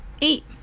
Eight